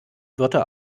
wörter